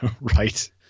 Right